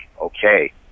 okay